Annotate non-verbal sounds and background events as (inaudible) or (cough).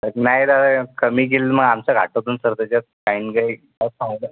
तसं नाही दादा कमी केलं मग आमचा घाटा होतो ना सर त्याच्यात टाईम (unintelligible)